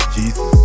Jesus